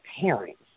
parents